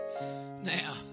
now